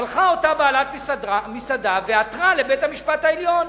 הלכה אותה בעלת מסעדה ועתרה לבית-המשפט העליון,